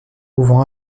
pouvant